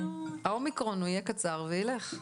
האומיקרון הוא יהיה קצר וילך.